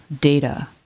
data